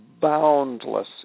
boundless